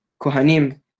kohanim